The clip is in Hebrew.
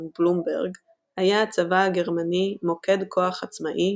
בלומברג היה הצבא הגרמני מוקד כוח עצמאי,